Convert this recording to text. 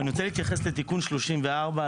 ואני רוצה להתייחס לתיקון 34,